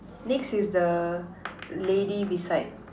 next is the lady beside